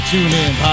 TuneIn